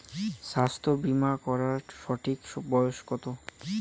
স্বাস্থ্য বীমা করার সঠিক বয়স কত?